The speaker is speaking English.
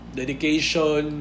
dedication